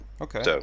okay